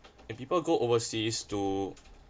and people go overseas to